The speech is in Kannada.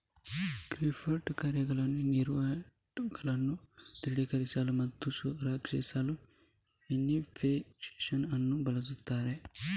ಕ್ರಿಪ್ಟೋ ಕರೆನ್ಸಿಗಳು ವಹಿವಾಟುಗಳನ್ನು ದೃಢೀಕರಿಸಲು ಮತ್ತು ರಕ್ಷಿಸಲು ಎನ್ಕ್ರಿಪ್ಶನ್ ಅನ್ನು ಬಳಸುತ್ತವೆ